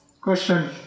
Question